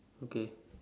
okay